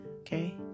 okay